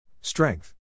Strength